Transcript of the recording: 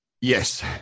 Yes